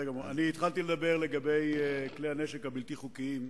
התחלתי לדבר על כלי הנשק הבלתי-חוקיים,